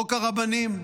חוק הרבנים.